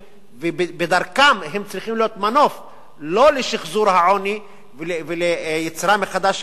ובדרכן הם צריכות להיות מנוף לא לשחזור העוני וליצירה מחדש של העוני,